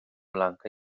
blanca